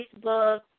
Facebook